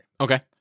Okay